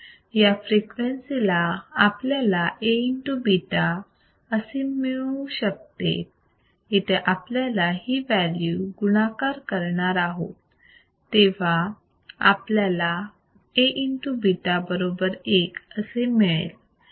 या फ्रिक्वेन्सी ला आपल्याला A into β असे मिळू शकते इथे आपण ही व्हॅल्यू गुणाकार करणार आहोत तेव्हा आपल्याला A β बरोबर 1 असे मिळेल